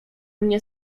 mnie